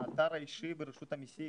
האתר האישי ברשות המסים,